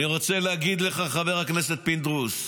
אני רוצה להגיד לך, חבר הכנסת פינדרוס,